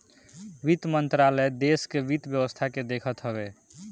वित्त मंत्रालय देस के वित्त व्यवस्था के देखत हवे